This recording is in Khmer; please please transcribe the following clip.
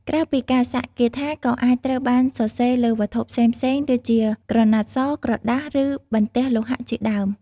ក្រៅពីការសាក់ គាថាក៏អាចត្រូវបានសរសេរលើវត្ថុផ្សេងៗដូចជាក្រណាត់ស ក្រដាស ឬបន្ទះលោហៈជាដើម។